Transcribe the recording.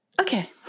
okay